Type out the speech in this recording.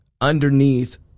underneath